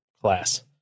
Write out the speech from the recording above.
class